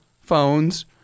phones